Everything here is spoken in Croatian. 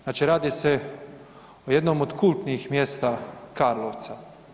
Znači radi se o jednom od kultnih mjesta Karlovca.